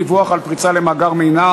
דיווח על פריצה למאגר מידע),